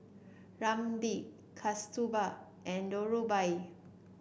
Ramdev Kasturba and Dhirubhai